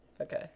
Okay